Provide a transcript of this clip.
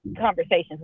conversations